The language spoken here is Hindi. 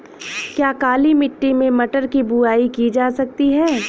क्या काली मिट्टी में मटर की बुआई की जा सकती है?